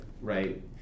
right